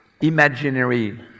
imaginary